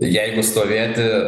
jeigu stovėti